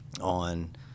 on